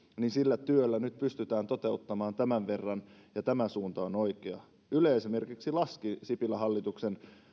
pystytään nyt toteuttamaan tämän verran ja tämä suunta on oikea yle esimerkiksi laski sipilän hallituksen